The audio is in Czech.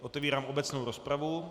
Otevírám obecnou rozpravu.